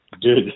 dude